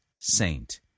saint